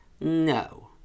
No